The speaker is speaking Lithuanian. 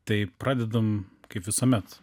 tai pradedam kaip visuomet